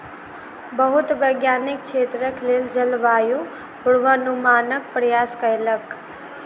बहुत वैज्ञानिक क्षेत्रक लेल जलवायु पूर्वानुमानक प्रयास कयलक